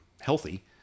healthy